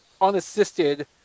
unassisted